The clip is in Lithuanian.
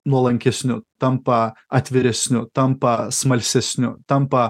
nuolankesniu tampa atviresniu tampa smalsesniu tampa